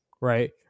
right